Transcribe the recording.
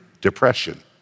depression